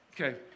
Okay